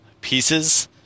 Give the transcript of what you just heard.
pieces